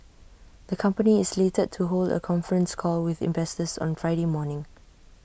the company is slated to hold A conference call with investors on Friday morning